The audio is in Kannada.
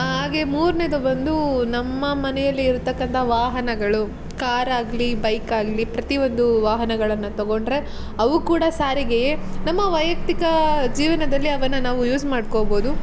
ಹಾಗೇ ಮೂರನೇದು ಬಂದು ನಮ್ಮ ಮನೆಯಲ್ಲಿರತಕ್ಕಂಥ ವಾಹನಗಳು ಕಾರಾಗಲಿ ಬೈಕಾಗಲಿ ಪ್ರತಿಯೊಂದು ವಾಹನಗಳನ್ನು ತೊಗೊಂಡರೆ ಅವೂ ಕೂಡ ಸಾರಿಗೆಯೇ ನಮ್ಮ ವೈಯಕ್ತಿಕ ಜೀವನದಲ್ಲಿ ಅವನ್ನು ನಾವು ಯೂಸ್ ಮಾಡ್ಕೋಬೋದು